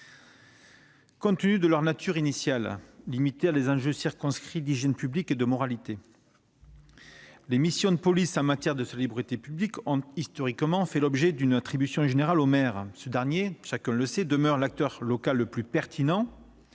Compte tenu de leur nature initiale, limitées à des enjeux circonscrits d'hygiène publique et de moralité, les missions de police en matière de salubrité publique ont historiquement fait l'objet d'une attribution générale au maire. Ce dernier, en raison de sa proximité avec le terrain, demeure l'acteur local le plus pertinent